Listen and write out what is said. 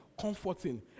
Comforting